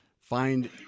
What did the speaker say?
find